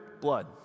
Blood